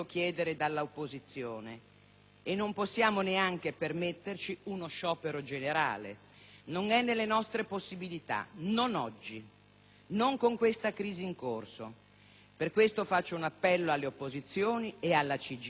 e non possiamo neanche permetterci uno sciopero generale. Non è nelle nostre possibilità; non oggi, non con questa crisi in corso. Per questo faccio un appello alle opposizioni e alla CGIL: fermatevi.